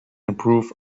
improve